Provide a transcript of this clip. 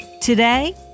Today